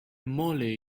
moly